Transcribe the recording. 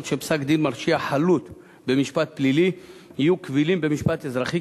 אדוני היושב-ראש,